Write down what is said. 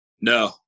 No